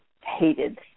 hated